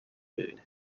food